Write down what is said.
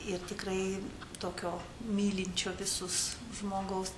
ir tikrai tokio mylinčio visus žmogaus